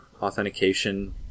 authentication